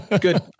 good